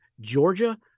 Georgia